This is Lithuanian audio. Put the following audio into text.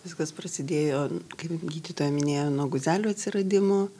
viskas prasidėjo kaip gydytoja minėjo nuo guzelių atsiradimo